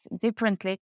differently